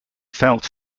felt